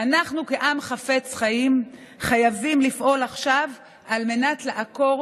ואנחנו כעם חפץ חיים חייבים לפעול עכשיו על מנת לעקור